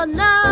no